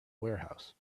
warehouse